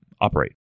operate